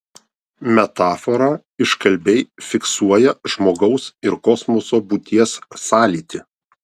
metafora iškalbiai fiksuoja žmogaus ir kosmoso būties sąlytį